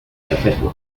perpetua